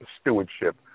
stewardship